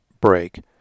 break